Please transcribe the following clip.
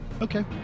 okay